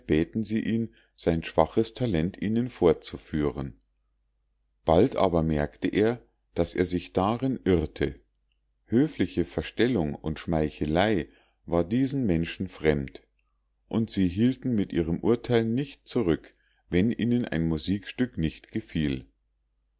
bäten sie ihn sein schwaches talent ihnen vorzuführen illustration heinz photographiert heliastra und glessiblora bald aber merkte er daß er sich darin irrte höfliche verstellung und schmeichelei war diesen menschen fremd und sie hielten mit ihrem urteil nicht zurück wenn ihnen ein musikstück nicht gefiel